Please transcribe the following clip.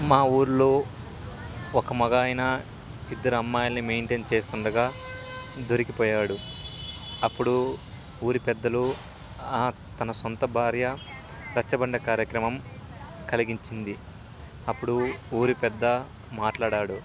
మా ఊర్లో ఒక మగాయన ఇద్దరు అమ్మాయిల్ని మెయింటైన్ చేస్తుండగా దొరికిపోయాడు అప్పుడు ఊరి పెద్దలు తన సొంత భార్య రచ్చబండ కార్యక్రమం కలిగించింది అప్పుడు ఊరి పెద్ద మాట్లాడాడు